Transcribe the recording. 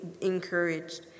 encouraged